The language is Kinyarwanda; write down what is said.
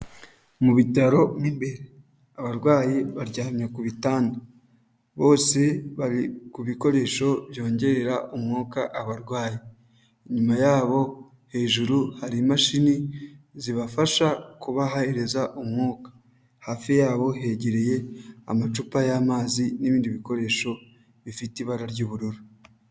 Mu bitaro mo imbere. Abarwayi baryamye ku bitanda. Bose bari ku bikoresho byongerera umwuka abarwayi. Inyuma yabo hejuru hari imashini zibafasha kubahereza umwuka. Hafi yabo hegereye amacupa y'amazi n'ibindi bikoresho bifite ibara ry'ubururu.